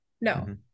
No